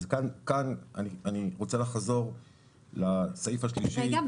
וכאן אני רוצה לחזור לסעיף השלישי -- רגע,